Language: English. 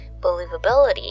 believability